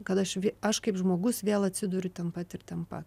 kad aš aš kaip žmogus vėl atsiduriu ten pat ir ten pat